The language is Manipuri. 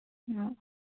ꯎꯝ